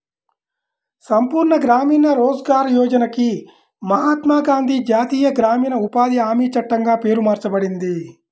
సంపూర్ణ గ్రామీణ రోజ్గార్ యోజనకి మహాత్మా గాంధీ జాతీయ గ్రామీణ ఉపాధి హామీ చట్టంగా పేరు మార్చబడింది